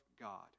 God